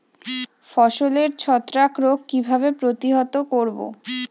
ফসলের ছত্রাক রোগ কিভাবে প্রতিহত করব?